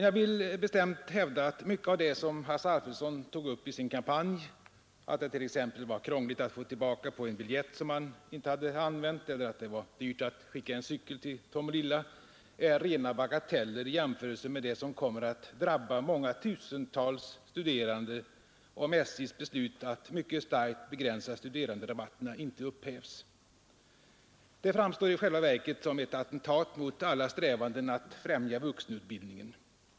Jag vill bestämt hävda att mycket av det som Hasse Alfredson tog upp i sin kampanj — t.ex. att det var krångligt att få tillbaka på en biljett som man inte hade använt eller att det var dyrt att skicka en cykel till Tomelilla — är rena bagateller i jämförelse med det som kommer att drabba många tusental studerande, om SJ:s beslut att mycket starkt begränsa studeranderabatterna inte upphävs. Detta beslut framstår i själva verket som ett attentat mot alla strävanden att främja vuxenutbildningen.